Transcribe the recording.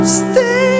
stay